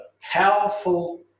powerful